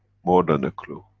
more than a clue.